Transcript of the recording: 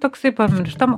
toksai pamirštam